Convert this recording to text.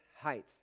height